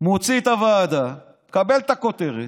מוציא את הוועדה, מקבל את הכותרת,